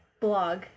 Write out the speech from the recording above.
blog